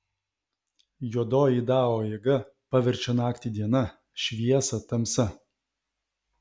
juodoji dao jėga paverčia naktį diena šviesą tamsa